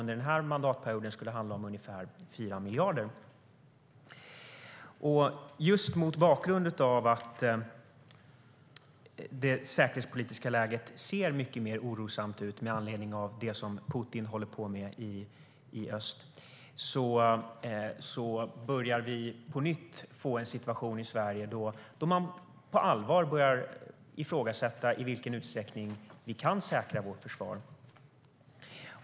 Det handlade om en anslagsökning på ungefär 4 miljarder under denna mandatperiod. Mot bakgrund av att det säkerhetspolitiska läget är mer oroande på grund av det som Putin håller på med i öst börjar vi på nytt få en situation i Sverige då vi på allvar börjar ifrågasätta i vilken utsträckning vi kan säkra vårt försvar.